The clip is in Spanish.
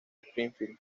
springfield